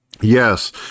Yes